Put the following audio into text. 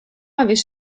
avait